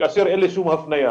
כאשר אין לי שום הפניה.